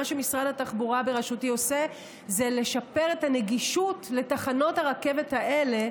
מה שמשרד התחבורה בראשותי עושה זה לשפר את הנגישות לתחנות הרכבת האלה,